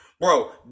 Bro